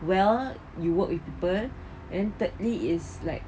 well you work with people and thirdly is like